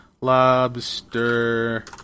lobster